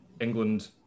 England